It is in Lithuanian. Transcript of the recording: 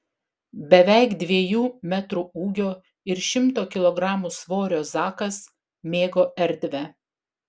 beveik dviejų metrų ūgio ir šimto kilogramų svorio zakas mėgo erdvę